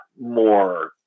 more